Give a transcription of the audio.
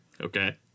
okay